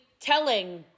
telling